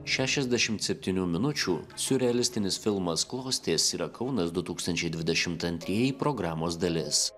šešiasdešim septynių minučių siurrealistinis filmas klostės yra kaunas du tūkstančiai dvidešimt antrieji programos dalis